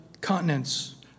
continents